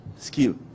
skill